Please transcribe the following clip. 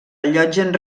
allotgen